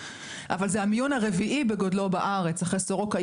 אבל זה המיון הרביעי בגודלו בארץ אחרי סורוקה,